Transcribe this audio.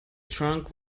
trunk